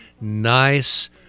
nice